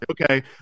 okay